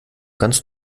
ganz